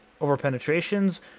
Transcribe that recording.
over-penetrations